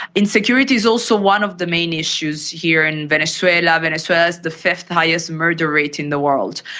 insecurity is also one of the main issues here in venezuela. venezuela has the fifth highest murder rate in the world.